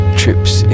trips